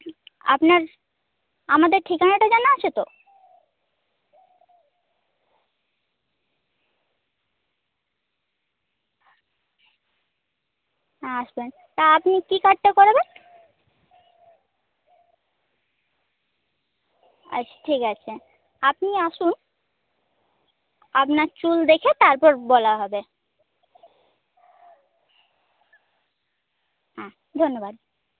আপনার আমাদের ঠিকানাটা জানা আছে তো আচ্ছা তা আপনি কি কাটটা করবেন আচ্ছা ঠিক আছে আপনি আসুন আপনার চুল দেখে তারপর বলা হবে হ্যাঁ ধন্যবাদ